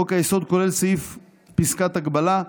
חוק-היסוד כולל סעיף פסקת הגבלה,